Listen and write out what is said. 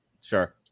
Sure